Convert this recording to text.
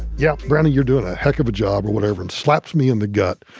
yeah, brownie, you're doing a heck of a job, or whatever and slaps me in the gut.